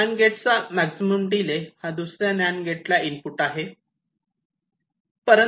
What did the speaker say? NAND gate चा maximum delay हा दुसऱ्या NAND गेट ला इनपुट आहे